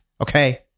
Okay